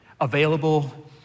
available